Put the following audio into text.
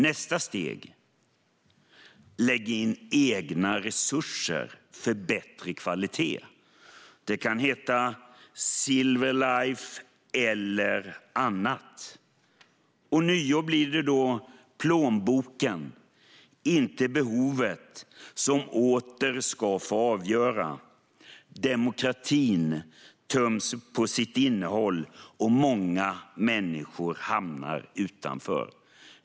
Nästa steg är att man får lägga till egna resurser för att få bättre kvalitet. Det kan heta Silver Life eller något annat. Ånyo blir det plånboken, inte behovet, som får avgöra. Demokratin töms på sitt innehåll, och många människor hamnar utanför.